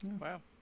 wow